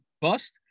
bust